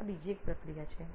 આ બીજી એક પ્રક્રિયા છે